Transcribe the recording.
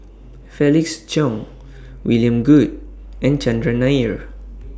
Felix Cheong William Goode and Chandran Nair